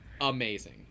amazing